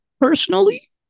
personally